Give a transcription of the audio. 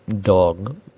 dog